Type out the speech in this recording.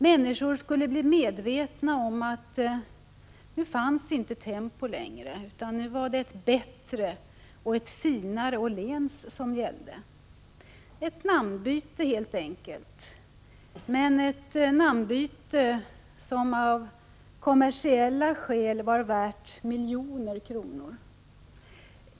Människor skulle bli medvetna om att nu fanns inte Tempo längre, utan nu var det ett bättre och ett finare Åhléns som gällde. Ett namnbyte helt enkelt — men ett namnbyte som av kommersiella skäl var värt miljoner kronor.